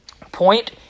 point